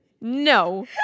no